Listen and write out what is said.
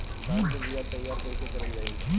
धान के बीया तैयार कैसे करल जाई?